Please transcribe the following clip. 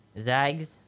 Zags